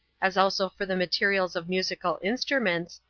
as also for the materials of musical instruments,